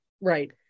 right